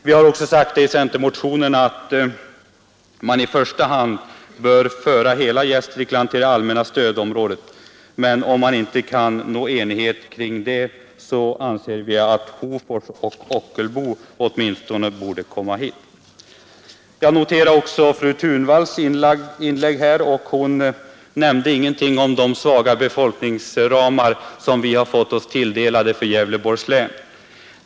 Vi har sagt i centermotionen att man i första hand bör föra hela Gästrikland till stödområdet. Om man inte kan nå enighet om det anser vi dock att åtminstone Hofors och Ockelbo borde föras dit. Jag noterar också fru Thunvalls inlägg. Hon nämnde ingenting om de befolkningsramar som vi har fått oss tilldelade för Gävleborgs län.